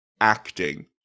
acting